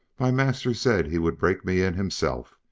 my master said he would break me in himself,